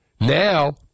now